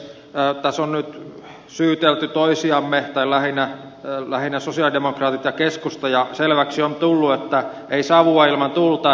tässä on nyt syytelty toisia lähinnä sosialidemokraatit ja keskusta ja selväksi on tullut että ei savua ilman tulta